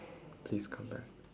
please come back